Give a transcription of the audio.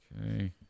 Okay